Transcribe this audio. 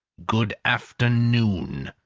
good afternoon,